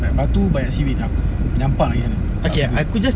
banyak batu banyak seaweed aku menyampah nak gi sana tak suka